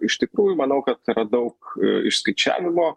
iš tikrųjų manau kad yra daug išskaičiavimo